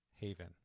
Haven